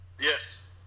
Yes